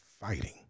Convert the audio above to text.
fighting